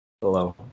Hello